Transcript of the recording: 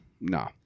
No